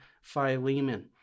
Philemon